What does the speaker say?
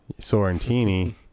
sorrentini